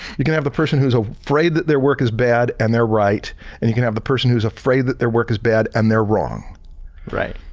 you can have the person who's afraid that their work is bad and they're right and you can have the person who's afraid that their work is bad and they're wrong. stan right.